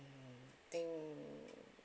think